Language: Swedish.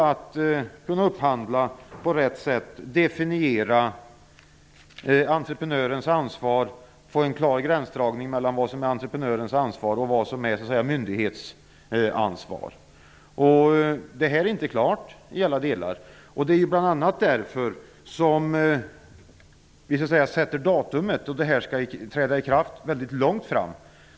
Det gäller också att få en klar gränsdragning mellan vad som är entreprenörens ansvar respektive myndighetsansvar. Detta är inte klart i alla delar. Det är bl.a. därför som vi sätter datumet för ikraftträdandet mycket långt fram.